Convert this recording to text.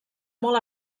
molt